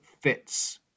fits